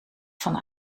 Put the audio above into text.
van